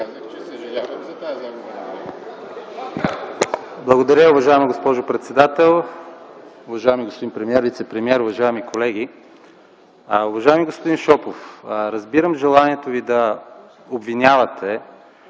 Благодаря, уважаема госпожо председател. Уважаеми господин премиер, вицепремиер, уважаеми колеги! Уважаеми господин Шопов, разбирам желанието Ви да обвинявате,